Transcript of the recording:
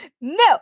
No